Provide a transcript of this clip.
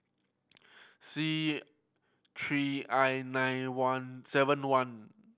C three I nine one seven one